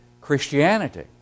Christianity